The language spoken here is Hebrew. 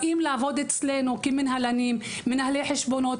הם באים לעבוד אצלנו כמינהלנים ומנהלי חשבונות,